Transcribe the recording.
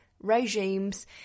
regimes